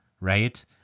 right